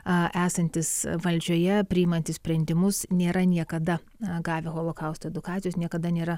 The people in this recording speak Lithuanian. esantys valdžioje priimantys sprendimus nėra niekada gavę holokausto edukacijos niekada nėra